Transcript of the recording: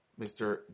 Mr